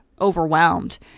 overwhelmed